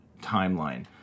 timeline